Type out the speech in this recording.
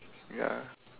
ya